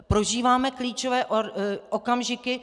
Prožíváme klíčové okamžiky.